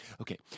okay